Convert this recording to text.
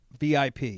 VIP